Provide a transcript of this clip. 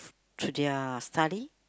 through their study